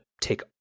take